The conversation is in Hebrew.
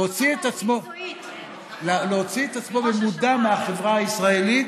להוציא את עצמו במודע מהחברה הישראלית,